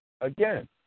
again